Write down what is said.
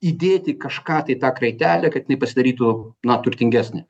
įdėti kažką tai į tą kraitelę kad jinai pasidarytų na turtingesnė